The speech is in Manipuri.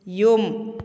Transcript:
ꯌꯨꯝ